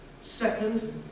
Second